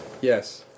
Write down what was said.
Yes